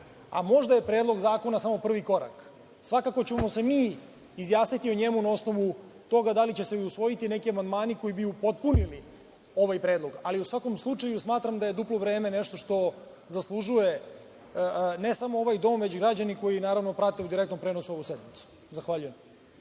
a možda je predlog zakona samo prvi korak. Svakako ćemo se mi izjasniti o njemu na osnovu toga da li će se usvojiti neki amandmani koji bi upotpunili ovaj predlog. U svakom slučaju, smatram da je duplo vreme nešto što zaslužuje ne samo ovaj dom, već i građani koji prate u direktnom prenosu ovu sednicu. Zahvaljujem.